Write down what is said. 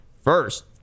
first